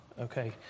Okay